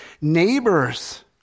neighbors